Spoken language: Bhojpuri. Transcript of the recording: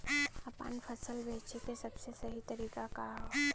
आपन फसल बेचे क सबसे सही तरीका का ह?